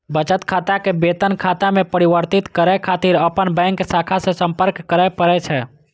बचत खाता कें वेतन खाता मे परिवर्तित करै खातिर अपन बैंक शाखा सं संपर्क करय पड़ै छै